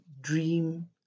dream